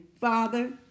Father